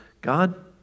God